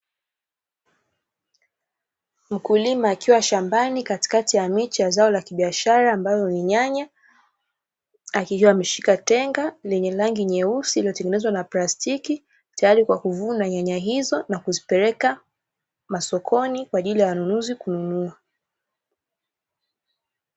Mkulima akiwa shambani katikati ya miche ya zao la kibiashara ambalo ni nyanya, akiwa ameshika tenga lenye rangi nyeusi lililotengenezwa na plastiki, tayari kwa kuvuna nyanya hizo, na kuzipeleka masokoni, kwa ajili ya wanunuzi kununua.